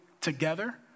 together